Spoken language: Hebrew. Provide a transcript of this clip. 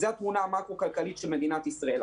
זה התמונה המקרו-כלכלית של מדינת ישראל.